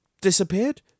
disappeared